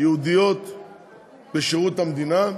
ייעודיות בשירות המדינה,